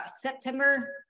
September